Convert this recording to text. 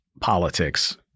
politics